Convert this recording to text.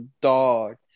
dog